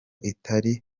itari